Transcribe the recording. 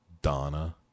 Donna